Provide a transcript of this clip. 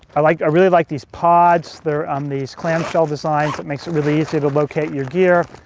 i like really like these pods. they're um these clamshell designs that makes it really easy to locate your gear.